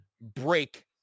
break